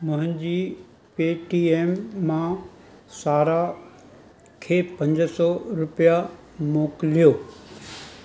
मुंहिंजी पेटीएम मां सारा खे पंज सौ रुपया मोकिलियो